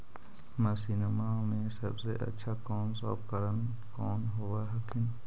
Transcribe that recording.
मसिनमा मे सबसे अच्छा कौन सा उपकरण कौन होब हखिन?